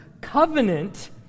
covenant